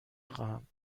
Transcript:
خواهم